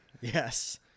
Yes